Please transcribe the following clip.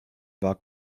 war